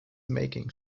making